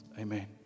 Amen